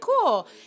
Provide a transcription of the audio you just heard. cool